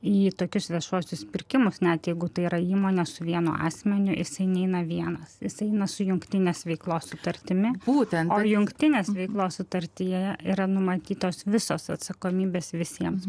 į tokius viešuosius pirkimus net jeigu tai yra įmonė su vienu asmeniu jisai neina vienas jis eina su jungtinės veiklos sutartimi būtent jungtinės veiklos sutartyje yra numatytos visos atsakomybės visiems